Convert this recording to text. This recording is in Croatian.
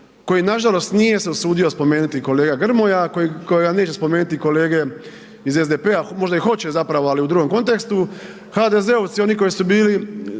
koji nažalost nije se usudio spomenuti kolega Grmoja, a kojega neće spomenuti kolege iz SDP-a, možda i hoće zapravo, ali u drugom kontekstu, HDZ-ovci oni koji su bili